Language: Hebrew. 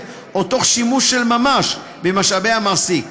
או תוך שימוש של ממש במשאבי המעסיק.